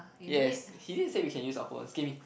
yes he did say we can use our phones give me